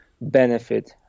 benefit